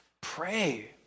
pray